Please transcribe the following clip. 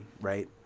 right